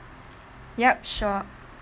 yup sure